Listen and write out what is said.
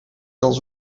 dans